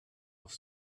off